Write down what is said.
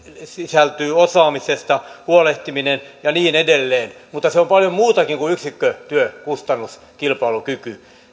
sisältyy osaamisesta huolehtiminen ja niin edelleen mutta se on paljon muutakin kuin yksikkötyökustannuskilpailukyky